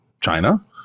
china